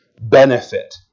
benefit